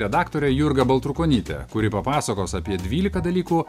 redaktore jurga baltrukonytė kuri papasakos apie dvylika dalykų